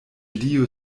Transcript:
dio